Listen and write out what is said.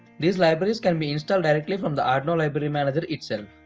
these libraries can be installed directly from the arduino library manager itself.